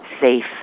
safe